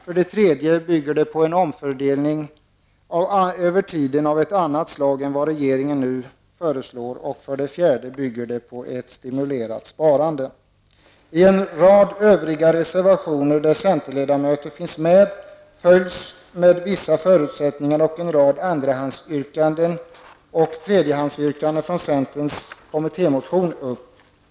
För det tredje en omfördelning över tiden på annat sätt än vad regeringen föreslår. För det fjärde en stimulerans av sparandet. I en rad övriga reservationer, där centerledamöter finns med, följs med vissa förutsättningar en rad andrahandsyrkanden och tredjehandsyrkanden från centerns kommittémotion upp.